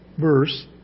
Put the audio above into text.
verse